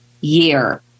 year